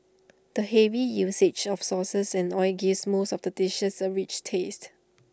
the heavy usage of sauces and oil gives most of the dishes A rich taste